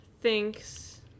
thinks